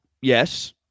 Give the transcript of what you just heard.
yes